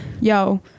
yo